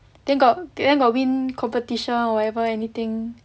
then got then got win competition whatever anything